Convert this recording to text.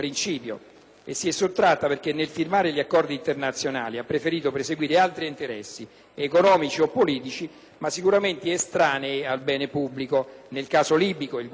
a questa prassi perché, nel firmare gli accordi internazionali, ha preferito perseguire altri interessi, economici o politici, ma sicuramente estranei al bene pubblico: nel caso libico, il guadagno